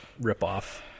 ripoff